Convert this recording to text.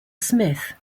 smith